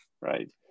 right